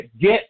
Get